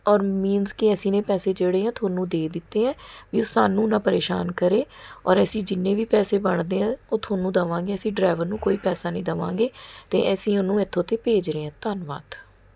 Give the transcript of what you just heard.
ਔਰ ਮੀਨਜ਼ ਕਿ ਅਸੀਂ ਨੇ ਪੈਸੇ ਜਿਹੜੇ ਆ ਤੁਹਾਨੂੰ ਦੇ ਦਿੱਤੇ ਆ ਵੀ ਉਹ ਸਾਨੂੰ ਨਾ ਪ੍ਰੇਸ਼ਾਨ ਕਰੇ ਔਰ ਅਸੀਂ ਜਿੰਨੇ ਵੀ ਪੈਸੇ ਬਣਦੇ ਆ ਉਹ ਤੁਹਾਨੂੰ ਦੇਵਾਂਗੇ ਅਸੀਂ ਡਰਾਈਵਰ ਨੂੰ ਕੋਈ ਪੈਸਾ ਨਹੀਂ ਦੇਵਾਂਗੇ ਅਤੇ ਅਸੀਂ ਉਹਨੂੰ ਇੱਥੋਂ ਤੋਂ ਭੇਜ ਰਹੇ ਹਾਂ ਧੰਨਵਾਦ